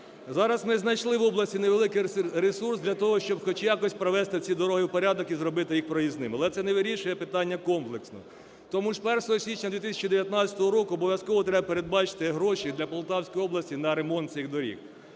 Зараз ми знайшли в області невеликий ресурс для того, щоб хоч якось привести ці дороги у порядок і зробити їх проїзними, але це не вирішує питання комплексно. Тому 1 січня 2019 року обов'язково треба передбачити гроші для Полтавської області на ремонт цих доріг.